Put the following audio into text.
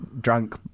drunk